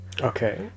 Okay